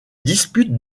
dispute